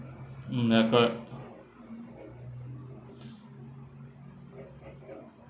mm ya correct